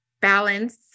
balance